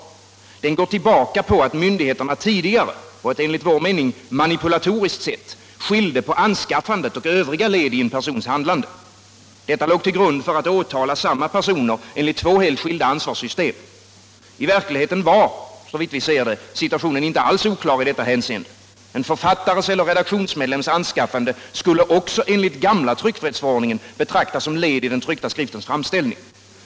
Den går tillbaka på att myndigheterna tidigare på eu enligt vår mening manipulatoriskt sätt skilde på anskaffandet och övriga led i en persons handlande. Detta låg till grund för att åtala samma personer enligt två helt skilda ansvarssystem. I verkligheten var situationen inte alls oklar i detta hänseende. En författares eller en redaktionsmedlems anskaffande skulle också enligt gamla tryckfrihetsförordningen betraktas såsom led i den tryckta skriftens framställning.